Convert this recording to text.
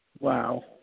Wow